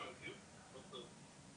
הערעור, בכלל,